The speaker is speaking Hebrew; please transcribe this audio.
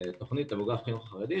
תוכנית לבוגרי החינוך החרדי,